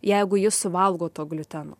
jeigu jis suvalgo to gliuteno